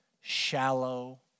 shallow